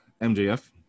MJF